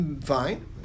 Fine